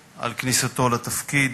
על כניסתו לתפקיד.